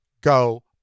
go